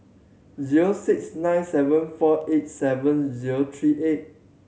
zero six nine seven four eight seven zero three eight